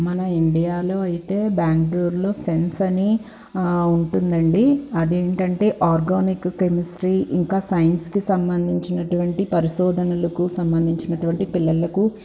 మన ఇండియాలో అయితే బ్యాంగ్ళూర్లో సెన్స్ అని ఉంటుందండి అదేంటంటే ఆర్గానిక్ కెమిస్ట్రీ ఇంకా సైన్స్కి సంబంధించినటువంటి పరిశోధనలకు సంబంధించినటువంటి పిల్లలకు